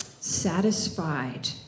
satisfied